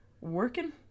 working